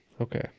Okay